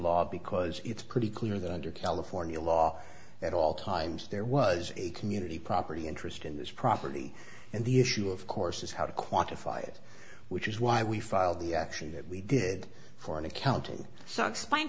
law because it's pretty clear that under california law at all times there was a community property interest in this property and the issue of course is how to quantify it which is why we filed the action that we did for an accounting so explain